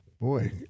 boy